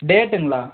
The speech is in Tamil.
டேட்டுங்களா